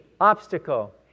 obstacle